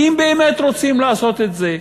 כי אם באמת רוצים לעשות את זה,